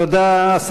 תודה רבה.